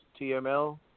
TML